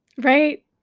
Right